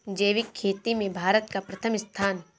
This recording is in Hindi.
जैविक खेती में भारत का प्रथम स्थान